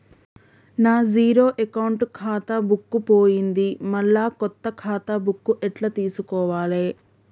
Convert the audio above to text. నా zero account ఖాతా book పోయింది మళ్ళా కొత్త ఖాతా బుక్కు ఎట్ల తీసుకోవాలే?